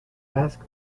asked